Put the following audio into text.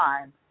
time